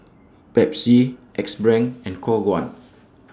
Pepsi Axe Brand and Khong Guan